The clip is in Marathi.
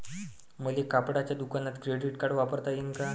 मले कपड्याच्या दुकानात क्रेडिट कार्ड वापरता येईन का?